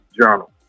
journal